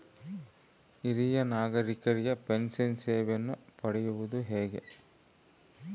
ಹಿರಿಯ ನಾಗರಿಕರಿಗೆ ಪೆನ್ಷನ್ ಸೇವೆಯನ್ನು ಪಡೆಯುವುದು ಹೇಗೆ?